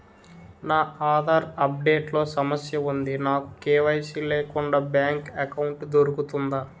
నా Aadhaar update లో సమస్య వుంది నాకు కే.వై.సీ లేకుండా బ్యాంక్ ఎకౌంట్దొ రుకుతుందా?